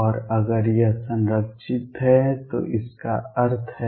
और अगर यह संरक्षित है तो इसका क्या अर्थ है